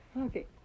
okay